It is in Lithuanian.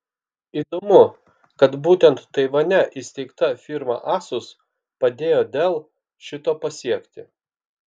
įdomu kad būtent taivane įsteigta firma asus padėjo dell šito pasiekti